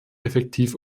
effektiv